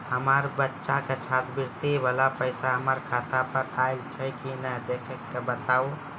हमार बच्चा के छात्रवृत्ति वाला पैसा हमर खाता पर आयल छै कि नैय देख के बताबू?